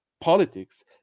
politics